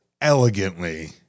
elegantly